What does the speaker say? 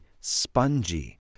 spongy